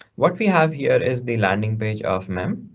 what we have here is the landing page of mem.